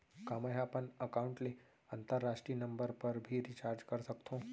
का मै ह अपन एकाउंट ले अंतरराष्ट्रीय नंबर पर भी रिचार्ज कर सकथो